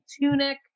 tunic